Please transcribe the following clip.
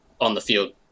on-the-field